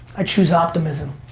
i choose optimism.